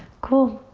cool.